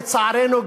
לצערנו,